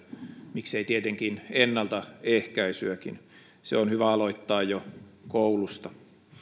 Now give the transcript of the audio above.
miksei tietenkin ennaltaehkäisyäkin se on hyvä aloittaa jo koulusta